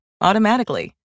automatically